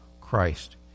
Christ